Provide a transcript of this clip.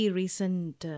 recent